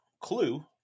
clue